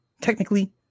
Technically